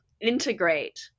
integrate